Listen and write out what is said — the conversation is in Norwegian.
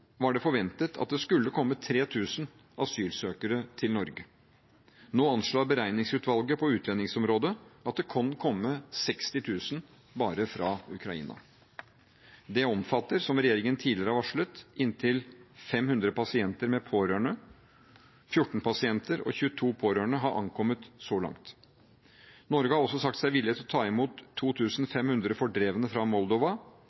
var det forventet at det skulle komme 3 000 asylsøkere til Norge. Nå anslår beregningsutvalget på utlendingsområdet at det kan komme 60 000 bare fra Ukraina. Det omfatter, som regjeringen tidligere har varslet, inntil 500 pasienter med pårørende. 14 pasienter og 22 pårørende har ankommet så langt. Norge har også sagt seg villig til å ta imot 2 500 fordrevne fra Moldova,